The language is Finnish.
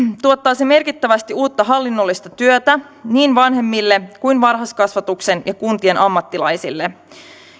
tuottaa se merkittävästi uutta hallinnollista työtä niin vanhemmille kuin myös varhaiskasvatuksen ja kuntien ammattilaisille